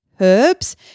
herbs